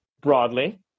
broadly